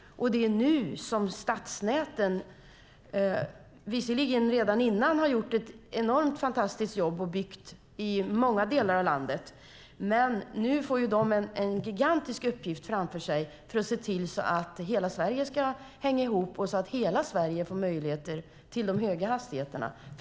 Stadsnäten har visserligen redan tidigare gjort ett fantastiskt jobb och byggt i många delar av landet, men nu har de en gigantisk uppgift framför sig. Det handlar om att se till att hela Sverige hänger ihop och att hela Sverige får möjligheter till de höga hastigheterna.